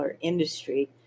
industry